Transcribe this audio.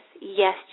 yes